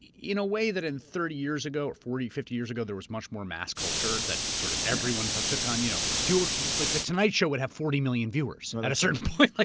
you know a way, that in thirty years ago or forty, fifty years ago, there was much more mass culture that sort of everyone partook on. you know like the tonight show would have forty million viewers at a certain point. like